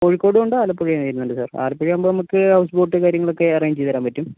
കോഴിക്കോടും ഉണ്ട് ആലപ്പുഴയും വരുന്നുണ്ട് സർ ആലപ്പുഴ ആകുമ്പോൾ നമുക്ക് ഹൗസ് ബോട്ട് കാര്യങ്ങളുമൊക്കെ അറേഞ്ച് ചെയ്തു തരാൻ പറ്റും